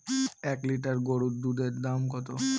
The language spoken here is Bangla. এক লিটার গরুর দুধের দাম কত?